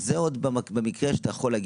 היא לא לגמרי בקו הבריאות.